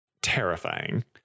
terrifying